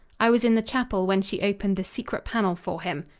i was in the chapel when she opened the secret panel for him.